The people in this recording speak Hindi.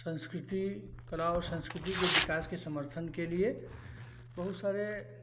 सँस्कृति कला और सँस्कृति के विकास के समर्थन के लिए बहुत सारे